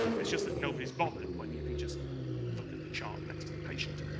it's just that nobody's bothered when you can just look at the chart next to the patient.